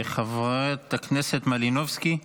חברת הכנסת מלינובסקי,